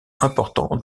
important